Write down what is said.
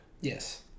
Yes